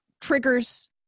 triggers